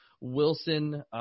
Wilson